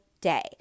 day